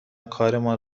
کارمان